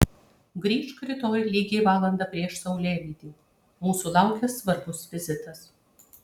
grįžk rytoj lygiai valandą prieš saulėlydį mūsų laukia svarbus vizitas